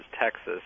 Texas